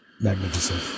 magnificent